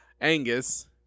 angus